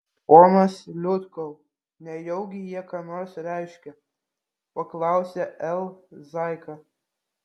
ponas liutkau nejaugi jie ką nors reiškia paklausė l zaika